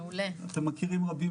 אני לא עובד